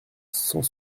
cent